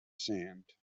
sand